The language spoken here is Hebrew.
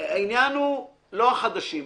העניין הוא לא החדשים.